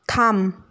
খাম